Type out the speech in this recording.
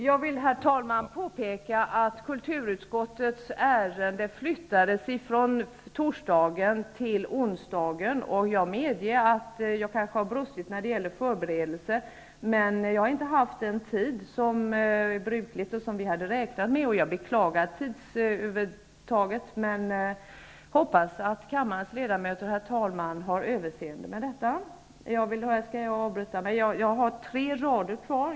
Herr talman! Jag vill påpeka att kulturutskottets ärende flyttades från torsdagen till onsdagen. Jag medger att jag kan ha brustit i förberedelserna, men jag har inte haft den tid som är bruklig och som jag hade räknat med. Jag beklagar tidsutdräkten, men jag hoppas att kammarens ledamöter har överseende med detta. Jag har bara några rader kvar.